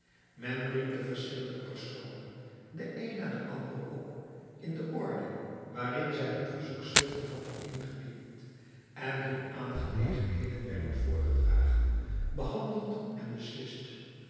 men riep de verschillende personen den een na den anderen op in de orde waarin zij hun verzoekschriften hadden ingediend en hun aangelegenheden werden voorgedragen behandeld en beslist